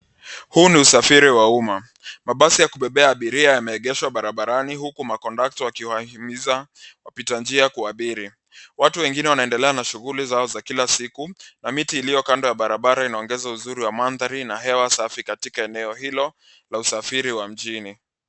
Huu ni usafiri wa umma mabasi ya kubebea abiria yameegeshwa barabarani huku makondakta wakiwahimiza wapitanjia kuabiri . Watu wengine wanaendelea na shughuli zao za kila siku na miti iliyo kando ya barabara inaongeza uzuri wa mandhari na hewa safi katika eneo hilo la usafiri wa mjini.